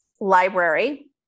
Library